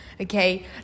okay